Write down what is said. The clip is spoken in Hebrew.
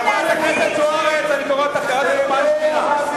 חברת הכנסת זוארץ, אני קורא אותך לסדר פעם שנייה.